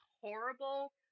horrible